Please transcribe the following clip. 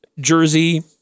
jersey